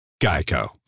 Geico